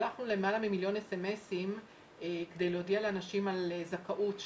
שלחנו למעלה ממיליון סמס-ים כדי להודיע לאנשים על זכאות,